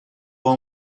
għad